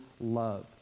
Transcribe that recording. love